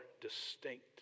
distinct